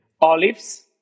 Olives